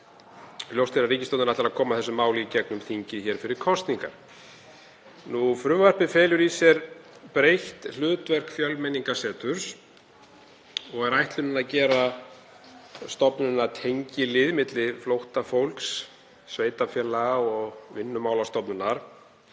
Ljóst er að ríkisstjórnin ætlar að koma þessu máli í gegnum þingið fyrir kosningar. Frumvarpið felur í sér breytt hlutverk Fjölmenningarseturs og er ætlunin að gera stofnunina að tengilið milli flóttafólks, sveitarfélaga og Vinnumálastofnunar.